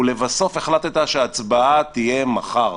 ולבסוף החלטת שההצבעה תהיה מחר.